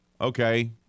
okay